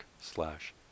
slash